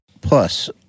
plus